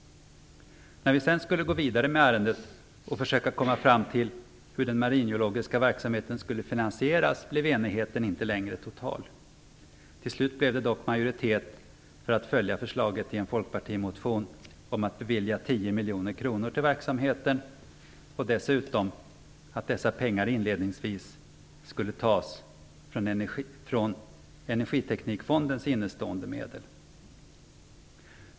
När vi sedan skulle gå vidare med ärendet och försöka komma fram till hur den maringeologiska verksamheten skulle finansieras blev enigheten inte längre total. Till slut blev det dock majoritet för att följa förslaget i en folkpartimotion om att bevilja 10 miljoner kronor till verksamheten och dessutom för att dessa pengar inledningsvis skulle tas från Energiteknikfondens innestående medel.